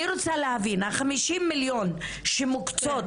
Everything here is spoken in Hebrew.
אני רוצה להבין: ה-50 מיליון שמוקצים